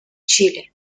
чили